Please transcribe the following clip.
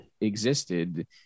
existed